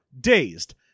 dazed